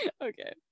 Okay